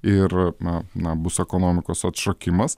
ir na na bus ekonomikos atšokimas